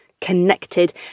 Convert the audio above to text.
connected